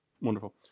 Wonderful